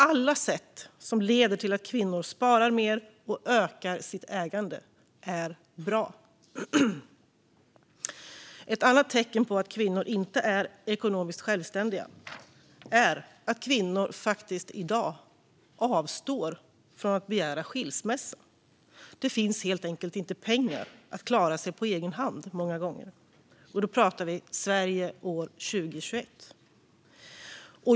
Alla sätt som leder till att kvinnor sparar mer och ökar sitt ägande är bra. Ett annat tecken på att kvinnor inte är ekonomiskt självständiga är att kvinnor i dag faktiskt avstår från att begära skilsmässa. Många gånger finns det helt enkelt inte pengar för att klara sig på egen hand - och det i Sverige år 2021.